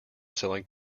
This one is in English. selling